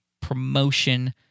promotion